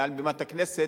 מעל בימת הכנסת,